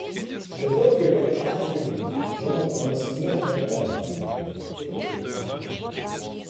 bet daugeliu atžvilgių džonatanas niekada man taip nepatiko kaip tą akimirką